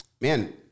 man